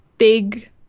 big